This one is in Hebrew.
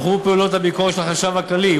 הורחבו פעולות הביקורת של החשב הכללי,